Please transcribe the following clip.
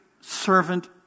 servant